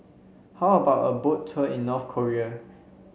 how about a Boat Tour in North Korea